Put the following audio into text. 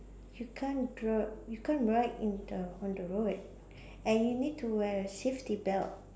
you can't dr~ you can't ride in the on the road and you need to wear a safety belt